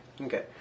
Okay